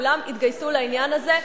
כולם התגייסו לעניין הזה,